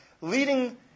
leading